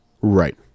right